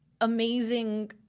amazing